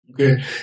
Okay